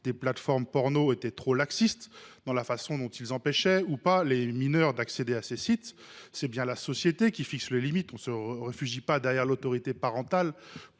de plateformes pornographiques dans la manière dont ils empêchaient, ou pas, les mineurs d’accéder à leurs sites. C’est bien la société qui doit fixer les limites : on ne se réfugie pas derrière l’autorité parentale